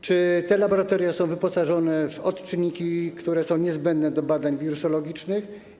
Czy te laboratoria są wyposażone w odczynniki, które są niezbędne do badań wirusologicznych?